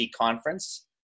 conference